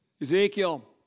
Ezekiel